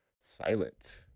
silent